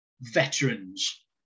veterans